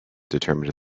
determined